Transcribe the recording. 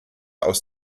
aus